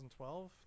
2012